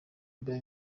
biba